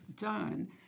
done